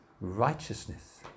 righteousness